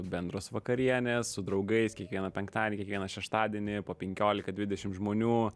bendros vakarienės su draugais kiekvieną penktadienį kiekvieną šeštadienį po penkiolika dvidešimt žmonių